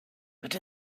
but